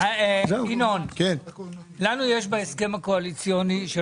לכבד הסכם קואליציוני.